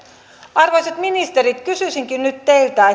arvoisat ministerit kysyisinkin nyt teiltä